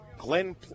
Glenn